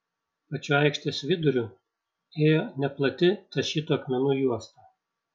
pačiu aikštės viduriu ėjo neplati tašytų akmenų juosta